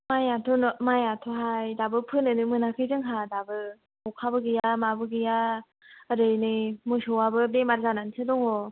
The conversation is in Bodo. मायआ थ' मायआ थ' हाय दाबो फोनो नो मोनाखै जोंहा दाबो अखाबो गैया माबो गैया एरै नै मोसौआबो बेमार जाना सो दङ